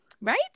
Right